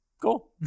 cool